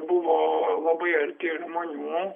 buvo labai arti žmonių